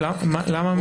למה המניעה?